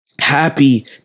happy